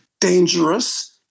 dangerous